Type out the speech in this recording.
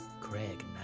Craig